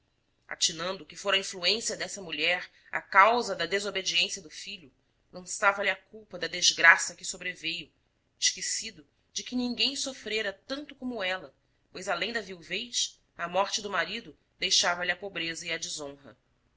atinando que fora a influência dessa mulher a causa da desobediência do filho lançava-lhe a culpa da desgraça que sobreveio esquecido de que ninguém sofrera tanto como ela pois além da viuvez a morte do marido deixava lhe a pobreza e a desonra